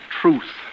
truth